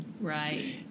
Right